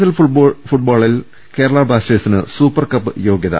L ഫുട്ബോളിൽ കേരള ബ്ലാസ്റ്റേഴ്സിന് super cup യോഗ്യത